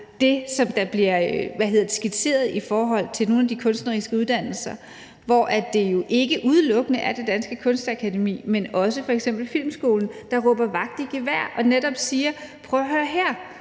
det, som der bliver skitseret i forhold til nogle af de kunstneriske uddannelser, hvor det jo ikke udelukkende er Det Kongelige Danske Kunstakademi, men også f.eks. Filmskolen, der råber vagt i gevær og netop siger: Prøv at høre her,